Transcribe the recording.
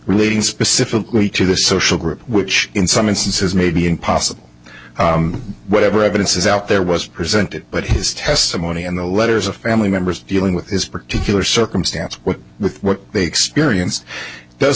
relating specifically to the social group which in some instances may be impossible whatever evidence is out there was presented but his testimony and the letters of family members dealing with this particular circumstance what with what they experienced does